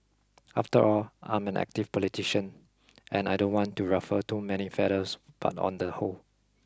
after all I'm an active politician and I don't want to ruffle too many feathers but on the whole